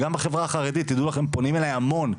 וגם החברה החרדית פונים אליי המון,